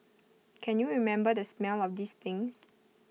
can you remember the smell of these things